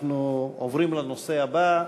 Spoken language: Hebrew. אנחנו עוברים לנושא הבא,